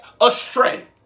astray